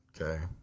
Okay